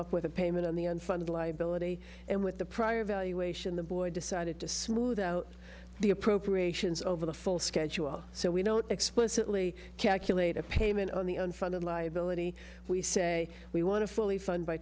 up with a payment on the unfunded liability and with the prior valuation the board decided to smooth out the appropriations over the full schedule so we don't explicitly calculate a payment on the unfunded liability we say we want to fully fund by